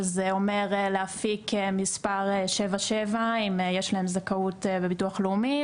שזה אומר להפיק מספר 77 אם יש להם זכאות בביטוח לאומי,